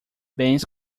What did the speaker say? bens